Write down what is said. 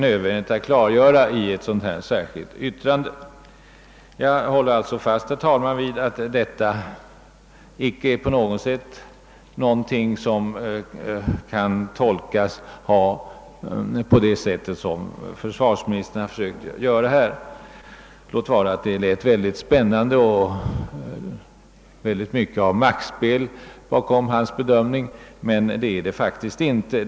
Jag håller alltså fast vid att detta icke kan tolkas på det sätt som försvarsministern här försökte göra — låt vara att hans bedömning lät spännande och ingav tankar om maktspel. Men det är det faktiskt inte fråga om.